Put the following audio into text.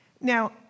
Now